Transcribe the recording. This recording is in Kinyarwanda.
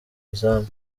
izamu